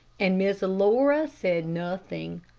and miss laura said nothing.